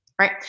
right